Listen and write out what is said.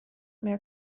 mehr